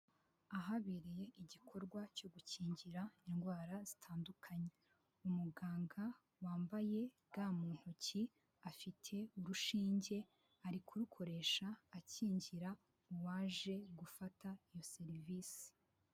Ahabereye igikorwa cyo gukingira indwara zitandukanye. Umuganga wambaye ga mu ntoki, afite urushinge, ari kurukoresha akingira uwaje gufata iyo serivisi.